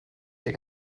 dir